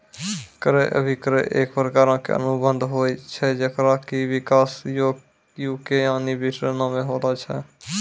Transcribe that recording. क्रय अभिक्रय एक प्रकारो के अनुबंध होय छै जेकरो कि विकास यू.के यानि ब्रिटेनो मे होलो छै